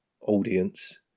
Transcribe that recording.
audience